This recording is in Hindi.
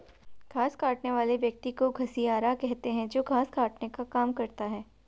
घास काटने वाले व्यक्ति को घसियारा कहते हैं जो घास काटने का काम करता है